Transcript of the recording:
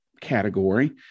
category